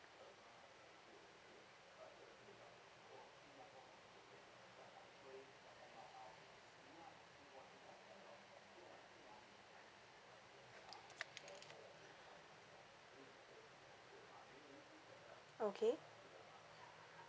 okay